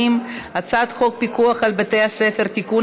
להעביר את הצעת חוק פיקוח על בתי-ספר (תיקון,